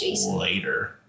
later